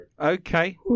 Okay